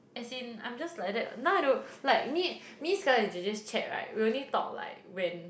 as in I'm just like that now I don't like me me Scarlet and Jay Jay's chat right we only talk like when